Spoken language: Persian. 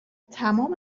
تمام